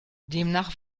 demnach